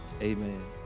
amen